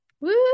Woo